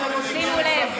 שימו לב,